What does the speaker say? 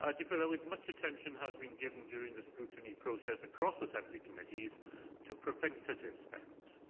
ah dirprwy lywydd, much attention has been given during the scrutiny process across assembly committees to preventative spend.